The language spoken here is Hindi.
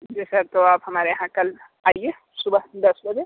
जी सर तो आप हमारे यहां कल आइए सुबह दस बजे